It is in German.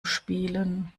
spielen